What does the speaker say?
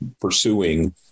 pursuing